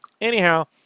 Anyhow